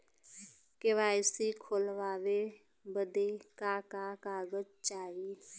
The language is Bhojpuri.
के.वाइ.सी खोलवावे बदे का का कागज चाही?